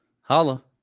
Holla